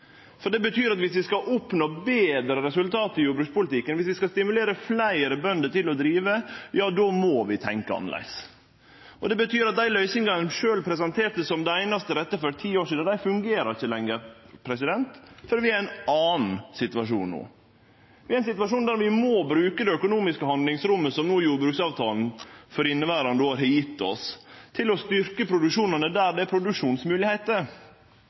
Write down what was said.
For det betyr at om vi skal oppnå betre resultat i jordbrukspolitikken, om vi skal stimulere fleire bønder til å drive, må vi tenkje annleis. Det betyr at dei løysingane ein presenterte som det einaste rette for ti år sidan, ikkje fungerer lenger, for vi er i ein annan situasjon no. Vi er i ein situasjon der vi må bruke det økonomiske handlingrommet som jordbruksavtalen for inneverande år har gjeve oss, til å styrkje produksjonen der det er